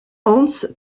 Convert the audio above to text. hans